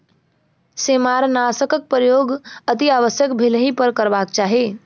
सेमारनाशकक प्रयोग अतिआवश्यक भेलहि पर करबाक चाही